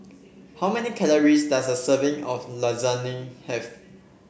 how many calories does a serving of Lasagne have